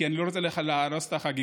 כי אני לא רוצה להרוס את החגיגה.